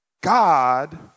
God